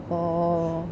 oh